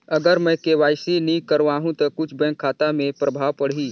अगर मे के.वाई.सी नी कराहू तो कुछ बैंक खाता मे प्रभाव पढ़ी?